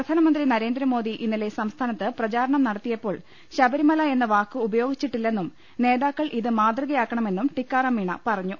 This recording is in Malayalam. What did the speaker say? പ്രധാനമന്ത്രി നരേന്ദ്രമോദി ഇന്നലെ സംസ്ഥാനത്ത് പ്രചാ രണം നടത്തിയപ്പോൾ ശബരിമല എന്ന വാക്ക് ഉപയോഗി ച്ചിട്ടില്ലെന്നും നേതാക്കൾ ഇത് മാതൃകയാക്കണമെന്നും ടിക്കാറാം മീണ പറഞ്ഞു